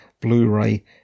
Blu-ray